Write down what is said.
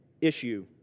issue